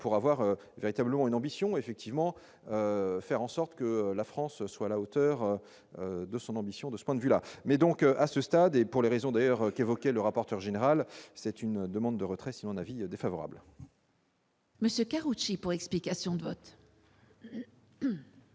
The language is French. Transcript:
pour avoir véritablement une ambition effectivement faire en sorte que la France soit à la hauteur de son ambition de ce point de vue-là mais donc, à ce stade et pour les raisons d'ailleurs qui évoquait le rapporteur général, c'est une demande de retrait, c'est mon avis défavorable. Monsieur Karoutchi pour explication de vote.